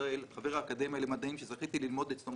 חבר האקדמיה למדעים וחתן פרס ישראל שזכיתי ללמוד אצלו,